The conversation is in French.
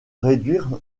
réduire